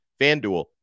FanDuel